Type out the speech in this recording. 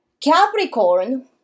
Capricorn